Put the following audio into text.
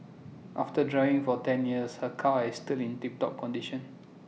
after driving for ten years her car is still in tip top condition